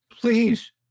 Please